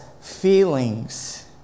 feelings